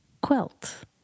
quilt